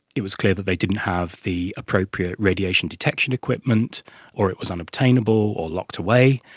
it was clear that they didn't have the appropriate radiation detection equipment or it was unobtainable or locked away,